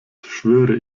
schwöre